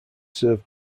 served